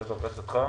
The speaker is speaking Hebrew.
לבקשתך.